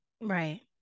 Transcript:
Right